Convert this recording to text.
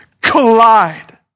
collide